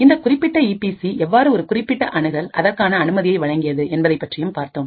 இந்த குறிப்பிட்ட E P C எவ்வாறு ஒரு குறிப்பிட்ட அணுகல் அதற்கான அனுமதியை வழங்கியது என்பதை பற்றியும் பார்த்தோம்